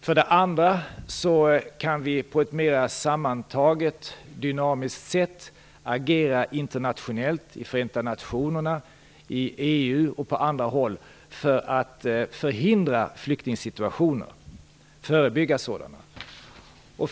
För det andra kan vi på ett mera sammantaget dynamiskt sätt agera internationellt i Förenta nationerna, i EU och på andra håll för att förhindra och förebygga flyktingsituationer.